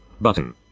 button